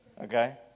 Okay